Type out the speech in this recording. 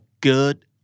good